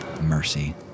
Mercy